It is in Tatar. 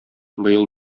быел